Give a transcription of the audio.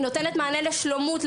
היא נותנת מענה לשלומות,